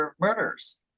murders